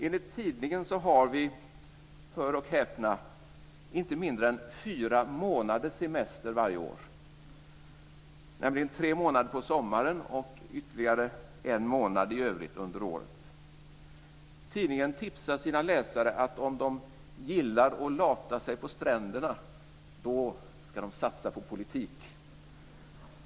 Enligt tidningen så har vi - hör och häpna - inte mindre än fyra månaders semester varje år, nämligen tre månader på sommaren och ytterligare en månad i övrigt under året. Tidningen tipsar sina läsare att om de gillar att lata sig på stränderna, då ska de satsa på politik.